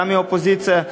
גם מהאופוזיציה,